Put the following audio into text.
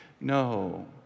no